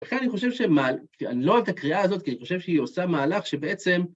לכן אני חושב שמה, לא את הקריאה הזאת, כי אני חושב שהיא עושה מהלך שבעצם...